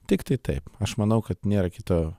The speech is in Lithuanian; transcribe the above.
tiktai taip aš manau kad nėra kito